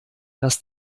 das